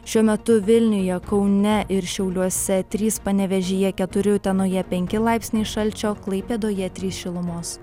šiuo metu vilniuje kaune ir šiauliuose trys panevėžyje keturi utenoje penki laipsniai šalčio klaipėdoje trys šilumos